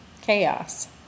chaos